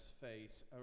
face